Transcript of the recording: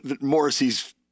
Morrissey's